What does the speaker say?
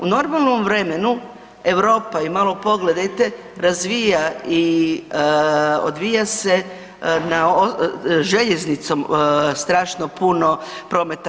U normalnom vremenu Europa je malo pogledajte, razvija i odvija se na željeznicom strašno puno prometa.